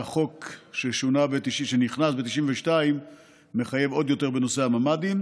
החוק שנכנס ב-1992 מחייב עוד יותר בנושא הממ"דים,